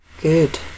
Good